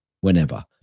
whenever